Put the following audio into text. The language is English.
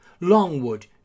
Longwood